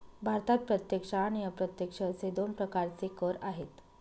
भारतात प्रत्यक्ष आणि अप्रत्यक्ष असे दोन प्रकारचे कर आहेत